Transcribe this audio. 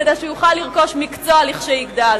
כדי שהוא יוכל לרכוש מקצוע לכשיגדל.